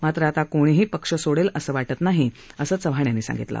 मात्र आता कोणीही पक्ष सोडेल असं वाटत नाही असं चव्हाण यांनी सांगितलं